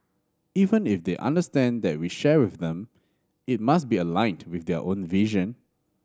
even if they understand and we share with them it must be aligned with their own vision